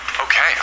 Okay